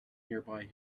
nearby